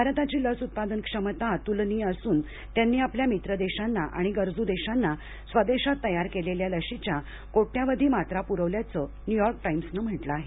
भारताची लस उत्पादन क्षमता अतुलनीय असून त्यांनी आपल्या मित्र देशांना आणि गरजू देशांना स्वदेशात तयार केलेल्या लशीच्या कोट्यवधी मात्रा पुरवल्याचं न्यूयॉर्क टाइम्सनं म्हटलं आहे